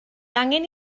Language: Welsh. angen